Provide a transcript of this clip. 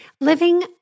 living